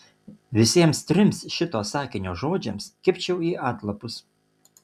visiems trims šito sakinio žodžiams kibčiau į atlapus